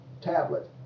tablet